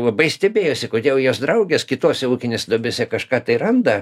labai stebėjosi kodėl jos draugės kitose ūkinėse duobėse kažką tai randa